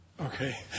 Okay